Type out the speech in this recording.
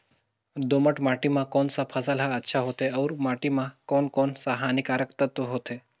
दोमट माटी मां कोन सा फसल ह अच्छा होथे अउर माटी म कोन कोन स हानिकारक तत्व होथे?